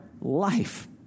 life